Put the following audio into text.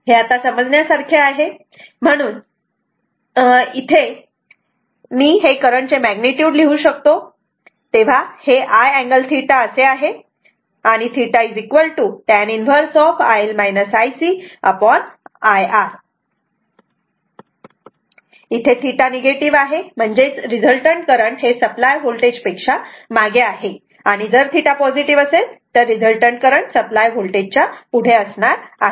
हे आता समजण्यासारखे आहे म्हणून इथे मी हे करंट चे मॅग्निट्युड लिहू शकतो तेव्हा हे I अँगल θ असे आहे आणि θ tan 1 R इथे θ निगेटिव आहे म्हणजेच रिझल्टंट करंट हे सप्लाय व्होल्टेज पेक्षा मागे आहे आणि जर θ पॉझिटिव्ह असेल तर रिझल्टंट करंट सप्लाय होल्टेजच्या पुढे असते